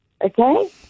okay